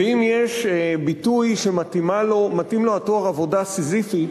ואם יש ביטוי שמתאים לו התואר "עבודה סיזיפית",